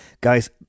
Guys